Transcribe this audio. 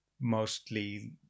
mostly